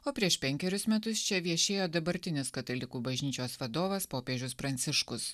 o prieš penkerius metus čia viešėjo dabartinis katalikų bažnyčios vadovas popiežius pranciškus